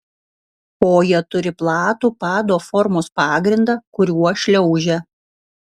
koja turi platų pado formos pagrindą kuriuo šliaužia